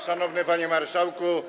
Szanowny Panie Marszałku!